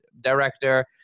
director